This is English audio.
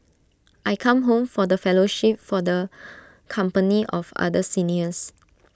I come home for the fellowship for the company of other seniors